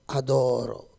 adoro